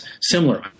similar